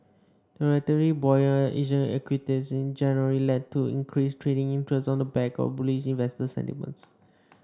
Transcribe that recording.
the relatively buoyant Asian equities markets in January led to increased trading interest on the back of bullish investor sentiments